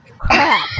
Crap